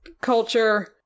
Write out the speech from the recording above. culture